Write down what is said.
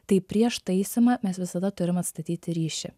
taip prieš taisymą mes visada turim atstatyti ryšį